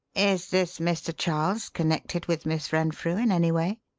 is this mr. charles' connected with miss renfrew in any way?